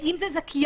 אם זה זכיין,